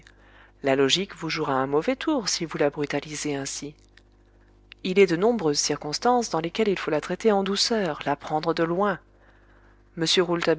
la logique vous jouera un mauvais tour si vous la brutalisez ainsi il est de nombreuses circonstances dans lesquelles il faut la traiter en douceur la prendre de loin monsieur